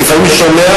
אני לפעמים שומע,